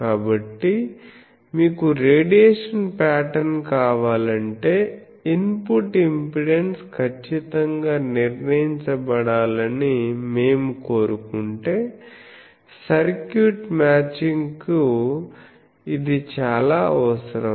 కాబట్టి మీకు radiation pattern కావాలంటే ఇన్పుట్ ఇంపెడెన్స్ ఖచ్చితంగా నిర్ణయించబడాలని మేము కోరుకుంటే సర్క్యూట్ మ్యాచింగ్కు ఇది చాలా అవసరం